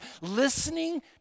listening